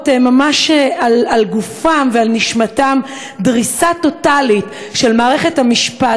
ממש על גופם ועל נשמתם דריסה טוטלית של מערכת המשפט,